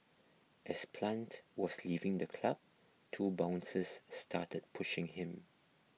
as Plant was leaving the club two bouncers started pushing him